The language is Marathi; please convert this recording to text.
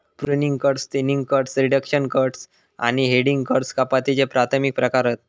pruning cuts, thinning cuts, reduction cuts आणि हेडिंग कट्स कपातीचे प्राथमिक प्रकार हत